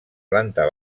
planta